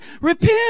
repent